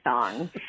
song